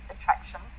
attraction